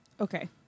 Okay